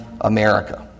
America